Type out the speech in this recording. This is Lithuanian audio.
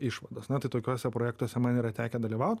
išvados na tai tokiuose projektuose man yra tekę dalyvaut